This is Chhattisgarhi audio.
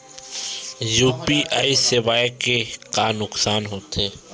यू.पी.आई सेवाएं के का नुकसान हो थे?